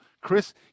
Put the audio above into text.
Chris